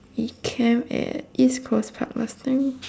we camp at east coast park last time